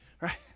Right